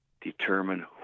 determine